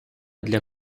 для